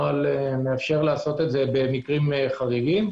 הנוהל מאפשר לעשות את זה במקרים חריגים.